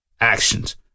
actions